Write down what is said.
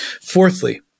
Fourthly